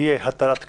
תהיה הטלת קנס,